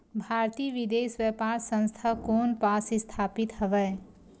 भारतीय विदेश व्यापार संस्था कोन पास स्थापित हवएं?